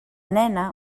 nena